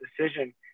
decision